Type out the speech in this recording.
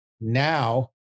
now